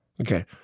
Okay